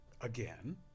again